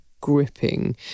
gripping